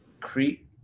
Crete